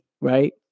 right